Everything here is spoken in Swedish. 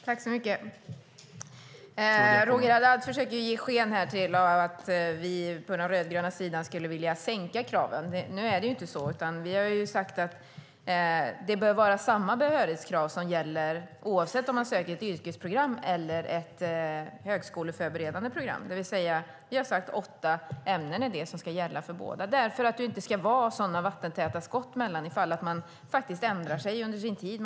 Fru talman! Roger Haddad försöker här ge sken av att vi på den rödgröna sidan vill sänka kraven. Så är det inte. Vi har i stället sagt att samma behörighetskrav bör gälla oavsett om man söker till ett yrkesprogram eller man söker till ett högskoleförberedande program. Vi har sagt att åtta ämnen ska gälla för båda - detta för att det inte ska vara så vattentäta skott mellan programmen. Man kan ju ändra sig under studietiden.